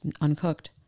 uncooked